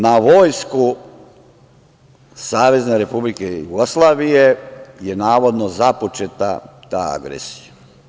Na vojsku Savezne Republike Jugoslavije je navodno započeta ta agresija.